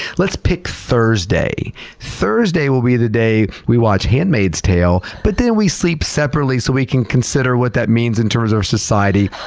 let's pick thursday thursday will be the day we watch handmaid's tale, but then we sleep separately so we can consider what that means in terms of our society,